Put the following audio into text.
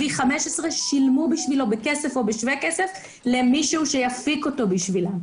V15 שילמו עבורו בכסף או בשווה כסף למישהו שיפיק אותו בשבילם.